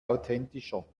authentischer